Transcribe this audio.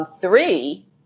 Three